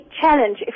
challenge